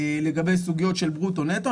לגבי סוגיות של ברוטו-נטו.